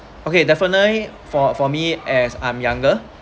okay definitely for for me as I'm younger